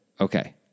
Okay